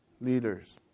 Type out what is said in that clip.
leaders